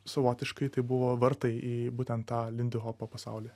savotiškai tai buvo vartai į būtent tą lindihopo pasaulį